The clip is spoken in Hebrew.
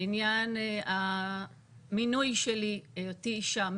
בעניין המינוי שלי, בהיותי אישה.